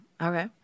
Okay